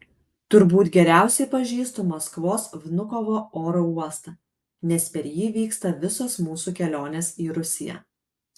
turbūt geriausiai pažįstu maskvos vnukovo oro uostą nes per jį vyksta visos mūsų kelionės į rusiją